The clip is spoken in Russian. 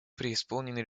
преисполнены